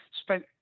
spent